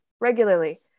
regularly